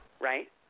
right